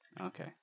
Okay